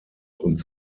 und